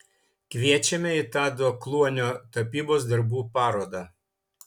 kviečiame į tado kluonio tapybos darbų parodą